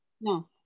No